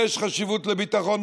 יש חשיבות לביטחון,